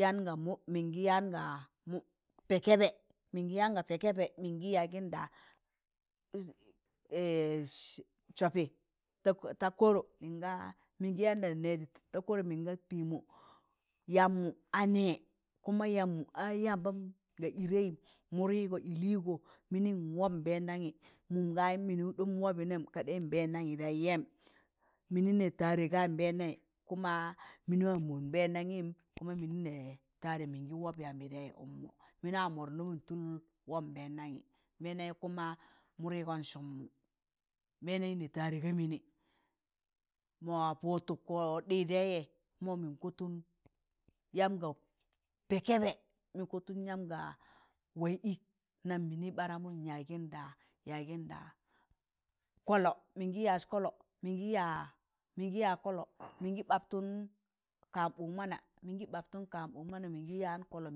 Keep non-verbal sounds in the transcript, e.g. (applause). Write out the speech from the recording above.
Yaan ga mọ mịn gị yaan ga mọ pẹẹ kẹẹbẹ mịnga yaan ga pẹẹ kẹẹbẹ mịngị ya gịnda (hesitation) sọọpị ta kọrọ minga mịni yanda nẹịzị ta kọrọ mịnga pẹẹmọ yambmụ a nẹ kuma yamb mụ a yambam ga ịdẹị mụdịịgọ ịlịịgọ mịnịm wọb nbẹndamị nụm gayịm mịnị wọbị nẹm kaa ɗi nbẹndanyiị dẹịzẹm mịnị nẹ tare ga nbẹndanyiị kuma mịnị waa mọn nbẹndamịm kuma mịnị nẹ tare ga mbeendanyi kuma wọb yọmbị tẹịzẹ mịnị waa mụdan dụmụn tụl wọb nbẹndamị mẹẹndanyiị kuma mụdịịgọn sụm mụ mẹndanyi nẹ tare ga mịnị mọ wa pụụtụ kọt daịzẹ mọ mịn kotun yaam ga pẹẹ kẹẹbẹ mịn kọtụn yaam ga waịz ịk nam mịnị ɓaaramụn yagịnda yagịnda kọllọ mịngị yaz kọllọ mịngị yaa mịngị yaa kọllọ (noise) mịngị ɓabtụn kaan, ɓụg maana mịngị ɓabtụn kaan ɓụg maana mịngị yaan kọllọ